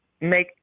make